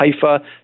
Haifa